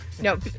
No